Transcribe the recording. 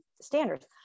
standards